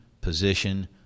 position